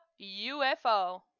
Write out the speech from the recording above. UFO